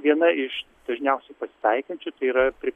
viena iš dažniausiai pasitaikančių yra pri